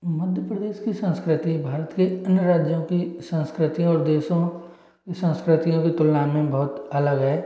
मध्य प्रदेश की संस्कृति भारत के अन्य राज्यों की संस्कृति और देशों की संस्कृतियों की तुलना में बहुत अलग है